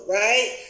right